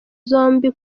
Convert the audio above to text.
zombi